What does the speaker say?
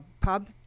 Pub